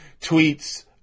tweets